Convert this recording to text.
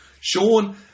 Sean